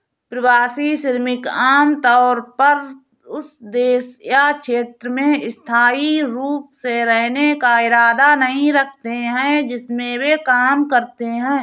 प्रवासी श्रमिक आमतौर पर उस देश या क्षेत्र में स्थायी रूप से रहने का इरादा नहीं रखते हैं जिसमें वे काम करते हैं